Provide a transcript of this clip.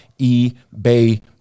ebay